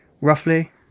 roughly